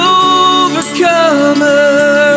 overcomer